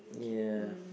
okay um